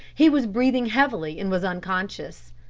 he was breathing heavily and was unconscious.